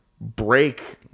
break